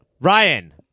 Ryan